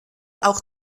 auch